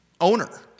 owner